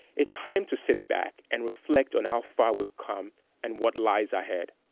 a time to sit back and reflect on how far we've come and what lies ahead.